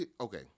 okay